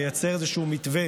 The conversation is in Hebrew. לייצר איזה מתווה